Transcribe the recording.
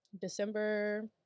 December